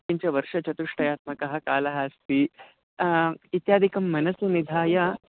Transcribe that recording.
किञ्च वर्षचतुष्टयात्मकः कालः अस्ति इत्यादिकं मनसि निधाय